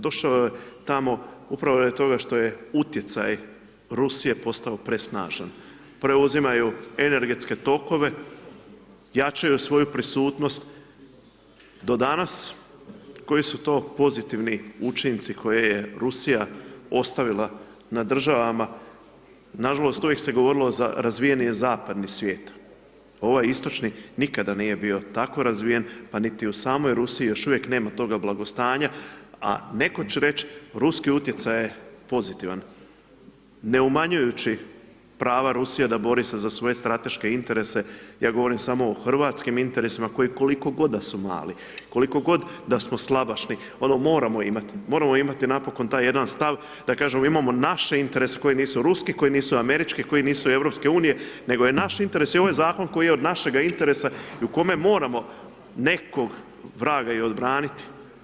Došao je tamo upravo radi toga što je utjecaj Rusije postao presnažan, preuzimaju energetske tokove, jačaju svoju prisutnost, do danas koji su to pozitivni učinci koje je Rusija ostavila na državama, nažalost, uvijek se govorilo za razvijeni zapadni svijet, ovaj istočni nikada nije bio tako razvijen, pa niti u samoj Rusiji još uvijek nema toga blagostanja, a netko će reć Ruski utjecaj je pozitivan, ne umanjujući prava Rusije da bori se za svoje strateške interese, ja govorim samo o hrvatskim interesima, koji koliko god da su mali, koliko god da smo slabašni, ono moramo imat, moramo imat napokon taj jedan stav da kažemo imamo naše interese koji nisu ruski, koji nisu američki, koji nisu EU, nego je naš interes i ovo je zakon koji je od našega interesa i u kome moramo nekog vraga i odbraniti.